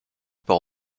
par